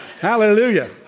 Hallelujah